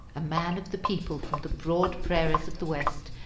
a man of the people from the broad prairies of the west,